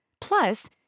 Plus